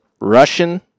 Russian